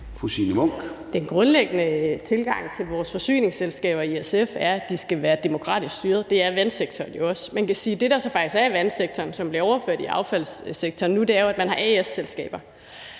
den grundlæggende tilgang til vores forsyningsselskaber, at de skal være demokratisk styret. Det er vandsektoren jo også. Man kan sige, at det, der faktisk er i vandsektoren, og som nu bliver overført til affaldssektoren, er, at man har aktieselskaber.